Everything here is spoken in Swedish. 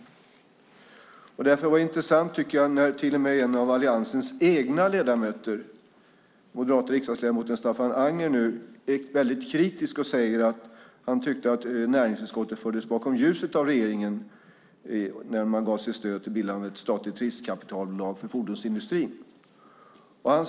Det är därför intressant att till och med en av alliansens egna ledamöter, den moderate riksdagsledamoten Staffan Anger, nu är mycket kritisk och säger att han tyckte att näringsutskottet fördes bakom ljuset av regeringen när man gav sitt stöd till bildandet av ett statligt riskkapitalbolag för fordonsindustrin.